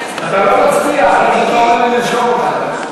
שי, אתה לא מצביע, אחר כך אתה אומר לי לרשום אותך.